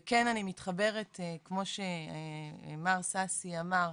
כן, אני מתחברת, כמו שמר ששי אמר,